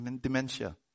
Dementia